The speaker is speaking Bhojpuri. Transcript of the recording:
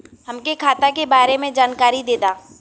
हमके खाता के बारे में जानकारी देदा?